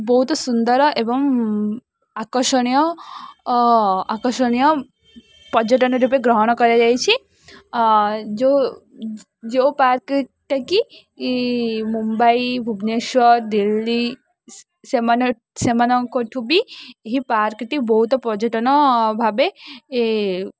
ବହୁତ ସୁନ୍ଦର ଏବଂ ଆକର୍ଷଣୀୟ ଆକର୍ଷଣୀୟ ପର୍ଯ୍ୟଟନ ରୂପେ ଗ୍ରହଣ କରାଯାଇଛି ଯେଉଁ ଯେଉଁ ପାର୍କଟାକି ମୁମ୍ବାଇ ଭୁବନେଶ୍ୱର ଦିଲ୍ଲୀ ସେମାନେ ସେମାନଙ୍କଠୁ ବି ଏହି ପାର୍କଟି ବହୁତ ପର୍ଯ୍ୟଟନ ଭାବେ